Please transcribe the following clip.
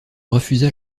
refusa